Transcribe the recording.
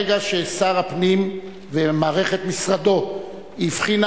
ברגע ששר הפנים ומערכת משרדו הבחינו